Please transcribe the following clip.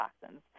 toxins